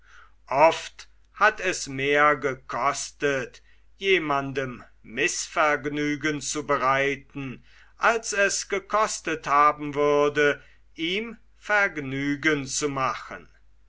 oft hat es mehr gekostet jemandem mißvergnügen zu bereiten als es gekostet haben würde ihm vergnügen zu machen